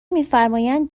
میفرمایند